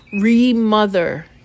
re-mother